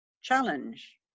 challenge